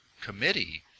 committee